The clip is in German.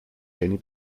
jenny